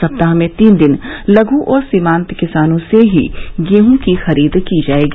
सप्ताह में तीन दिन लघ् और सीमान्त किसानों से ही गेहूँ की खरीद की जायेगी